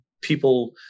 people